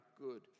good